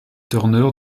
turner